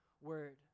word